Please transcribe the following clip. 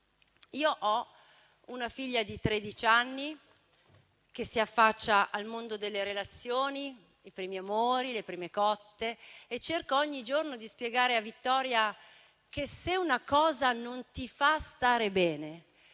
Io ho una figlia di tredici anni, che si affaccia al mondo delle relazioni (i primi amori, le prime "cotte"), e cerco ogni giorno di spiegare a Vittoria che, se una cosa non la fa stare bene,